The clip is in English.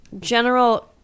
general